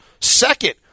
second